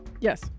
Yes